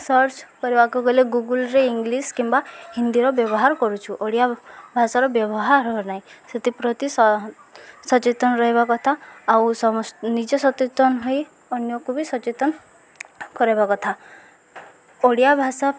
search କରିବାକୁ ଗଲେ ଗୁଗୁଲରେ ଇଂଲିଶ କିମ୍ବା ହିନ୍ଦୀର ବ୍ୟବହାର କରୁଛୁ ଓଡ଼ିଆ ଭାଷାର ବ୍ୟବହାର ହ ନାହିଁ ସେଥିପ୍ରତି ସଚେତନ ରହିବା କଥା ଆଉ ସମ ନିଜେ ସଚେତନ ହୋଇ ଅନ୍ୟକୁ ବି ସଚେତନ କରେଇବା କଥା ଓଡ଼ିଆ ଭାଷା